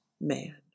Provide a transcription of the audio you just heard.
man